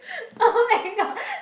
[oh]-my-god